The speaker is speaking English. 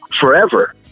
forever